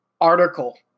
article